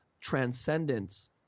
transcendence